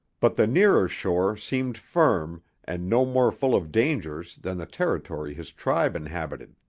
but the nearer shore seemed firm and no more full of dangers than the territory his tribe inhabited.